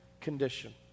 condition